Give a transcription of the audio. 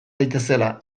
daitezela